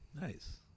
Nice